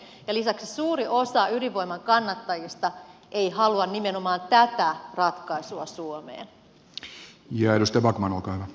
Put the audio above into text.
ja lisäksi suuri osa ydinvoiman kannattajista ei halua nimenomaan tätä ratkaisua suomeen